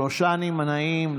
שלושה נמנעים.